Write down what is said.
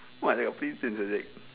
kat prison sia like